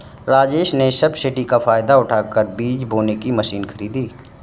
राजेश ने सब्सिडी का फायदा उठाकर बीज बोने की मशीन खरीदी